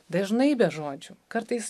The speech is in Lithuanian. dažnai be žodžių kartais